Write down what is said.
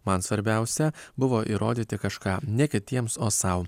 man svarbiausia buvo įrodyti kažką ne kitiems o sau